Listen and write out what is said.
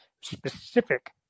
specific